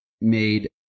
made